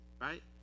right